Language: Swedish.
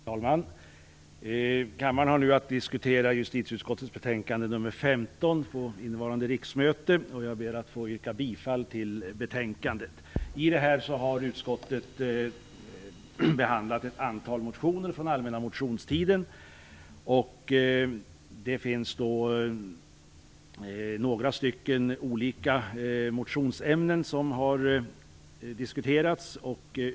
Herr talman! Kammaren har nu att diskutera justitieutskottets betänkande nr 15 under innevarande riksmöte. Jag ber att få yrka bifall till utskottets hemställan. Utskottet har behandlat ett antal motioner från allmänna motionstiden i några olika ämnen.